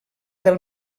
del